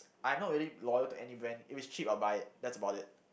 I'm not really loyal to any brand if it's cheap I'll buy it that's about it